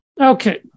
Okay